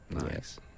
Nice